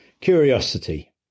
Curiosity